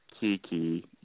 Kiki